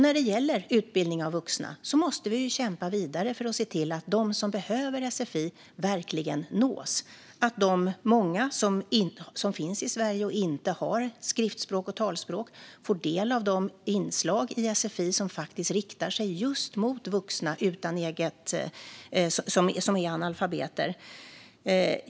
När det gäller utbildning av vuxna måste vi kämpa vidare för att se till att de som behöver sfi verkligen nås och att de många som finns i Sverige och inte har skriftspråk och talspråk får del av inslag i sfi som riktar sig just mot vuxna som är analfabeter.